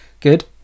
good